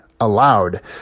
allowed